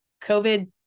COVID